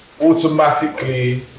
automatically